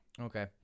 Okay